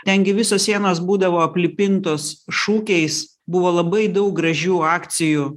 ten gi visos sienos būdavo aplipintos šūkiais buvo labai daug gražių akcijų